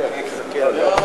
סעיף 1 נתקבל.